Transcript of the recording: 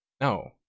no